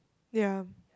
ya